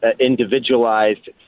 individualized